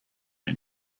and